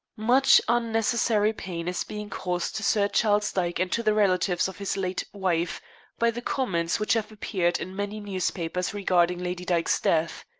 much unnecessary pain is being caused to sir charles dyke and to the relatives of his late wife by the comments which have appeared in many newspapers regarding lady dyke's death.